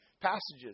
passages